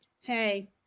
hey